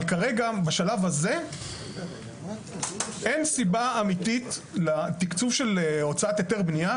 אבל בשלב הזה אין סיבה אמיתית לתקצוב של הוצאת היתר בנייה.